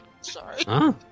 Sorry